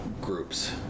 groups